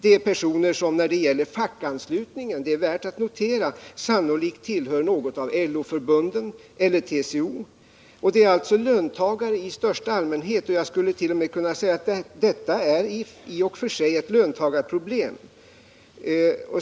Det är personer som när det gäller fackanslutning — det är värt att notera — sannolikt tillhör något av LO-förbunden eller TCO. De är alltså löntagare i största allmänhet. Och man skulle t.o.m. kunna säga: Detta är i och för sig ett löntagarproblem.